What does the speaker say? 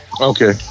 Okay